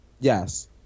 Yes